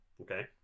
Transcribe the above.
Okay